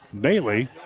Bailey